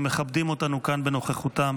שמכבדים אותנו כאן בנוכחותם.